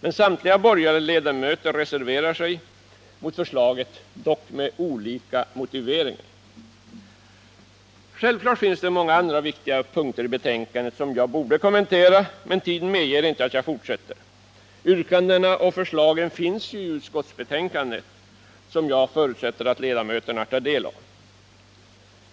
Men samtliga borgerliga ledamöter reserverar sig mot förslaget, dock med olika motiveringar. Självfallet finns det många andra viktiga punkter i betänkandet som jag borde kommentera, men tiden medger inte att jag fortsätter. Yrkandena och förslagen finns ju i utskottsbetänkandet, som jag förutsätter att ledamöterna tar del av.